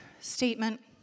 statement